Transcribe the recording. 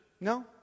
No